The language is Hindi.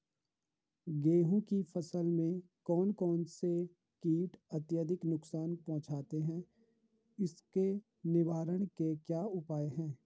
गेहूँ की फसल में कौन कौन से कीट अत्यधिक नुकसान पहुंचाते हैं उसके निवारण के क्या उपाय हैं?